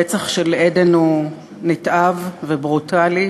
הרצח של עדן הוא נתעב וברוטלי,